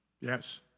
Yes